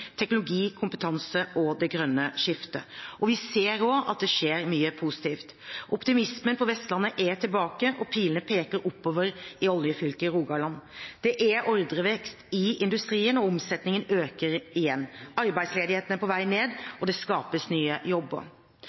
teknologi, kompetanse og det grønne skiftet. Vi ser også at det skjer mye positivt. Optimismen på Vestlandet er tilbake, og pilene peker oppover i oljefylket Rogaland. Det er ordrevekst i industrien, og omsetningen øker igjen. Arbeidsledigheten er på vei ned, og det skapes nye jobber.